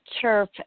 chirp